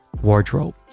wardrobe